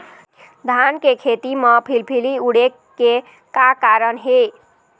धान के खेती म फिलफिली उड़े के का कारण हे?